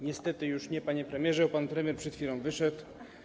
Niestety już nie: „Panie Premierze!”, bo pan premier przed chwilą wyszedł.